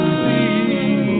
see